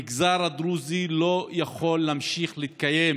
המגזר הדרוזי לא יכול להמשיך להתקיים